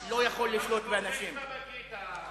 ובוז לפאשיסטים, ובעיקר לפאשיסטים הקטנים.